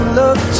look